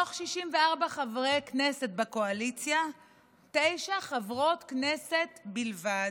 מתוך 64 חברי כנסת בקואליציה תשע חברות כנסת בלבד,